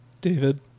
David